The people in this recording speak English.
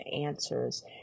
answers